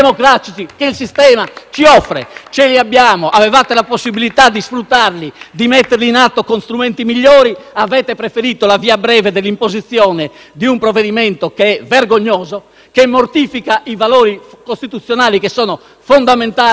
Gruppo PD)*. Li abbiamo, avevate la possibilità di sfruttarli e di metterli in atto con strumenti migliori, ma avete preferito la via breve dell'imposizione di un provvedimento vergognoso, che mortifica i valori costituzionali, fondamentali nel mondo giudiziario.